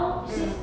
mm